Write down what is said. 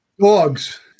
Dogs